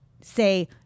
say